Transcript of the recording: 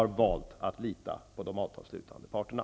Jag har valt att lita på de avtalsslutande parterna.